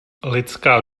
lidská